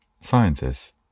scientists